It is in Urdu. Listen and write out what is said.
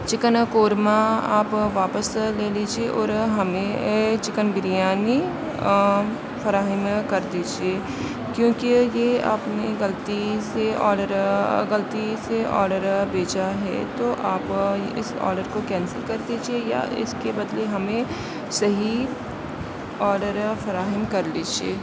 چکن قورمہ آپ واپس لے لیجیے اور ہمیں چکن بریانی فراہم کر دیجیے کیونکہ یہ آپ نے غلطی سے آڈر غلطی سے آڈر بھیجا ہے تو آپ اس آڈر کو کینسل کر دیجیے یا اس کے بدلے ہمیں صحیح آڈر فراہم کر لیجیے